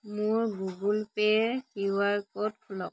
মোৰ গুগল পে'ৰ Q R code খোলক